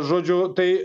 žodžiu tai